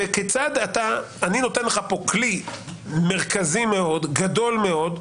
אני נותן לך פה כלי מרכזי וגדול מאוד,